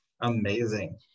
Amazing